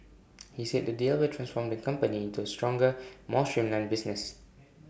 he said the deal will transform the company into A stronger more streamlined business